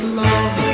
love